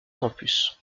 campus